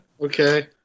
Okay